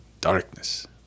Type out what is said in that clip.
darkness